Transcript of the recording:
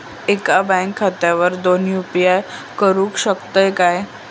एका बँक खात्यावर दोन यू.पी.आय करुक शकतय काय?